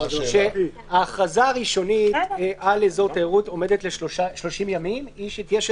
שההכרזה הראשונית על אזור תיירות עומדת ל-30 ימים תהיה,